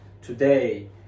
today